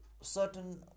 certain